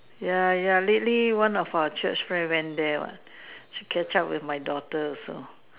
ya ya lately one of our Church friend went there what she catch up with my daughter also